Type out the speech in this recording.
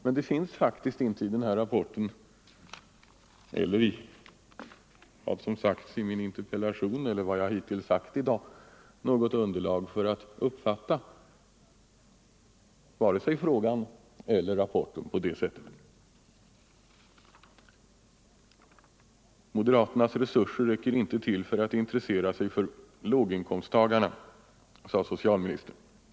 Men det finns faktiskt inte i denna rapport, i vad som sagts i min interpellation eller i vad jag hittills framhållit i dag något underlag för att uppfatta vare sig frågan eller rapporten på det sättet. Moderaternas resurser räcker inte till för att de skall intressera sig för låginkomsttagarna, sade socialministern.